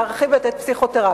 להרחיב את הפסיכותרפיה.